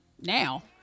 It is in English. now